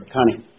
Connie